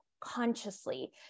consciously